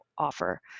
offer